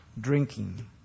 drinking